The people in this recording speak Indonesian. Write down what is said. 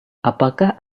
apakah